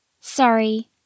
Sorry